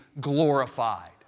glorified